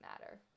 matter